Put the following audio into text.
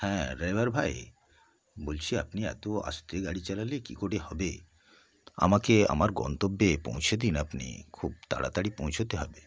হ্যাঁ ড্রাইভার ভাই বলছি আপনি এতো আস্তে গাড়ি চালালে কী করে হবে আমাকে আমার গন্তব্যে পৌঁছে দিন আপনি খুব তাড়াতাড়ি পৌঁছোতে হবে